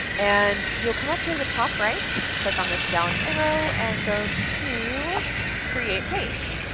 and you'll come up here to the top right, click on this down arrow and go to create page.